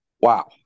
Wow